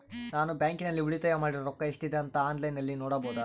ನಾನು ಬ್ಯಾಂಕಿನಲ್ಲಿ ಉಳಿತಾಯ ಮಾಡಿರೋ ರೊಕ್ಕ ಎಷ್ಟಿದೆ ಅಂತಾ ಆನ್ಲೈನಿನಲ್ಲಿ ನೋಡಬಹುದಾ?